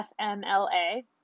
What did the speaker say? FMLA